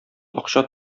акча